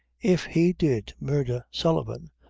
if he did murdher sullivan,